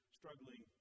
struggling